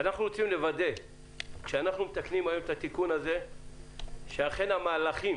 אנחנו רוצים לוודא כשאנחנו מתקנים היום את התיקון הזה שאכן המהלכים